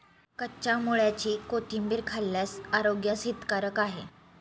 कच्च्या मुळ्याची कोशिंबीर खाल्ल्यास आरोग्यास हितकारक आहे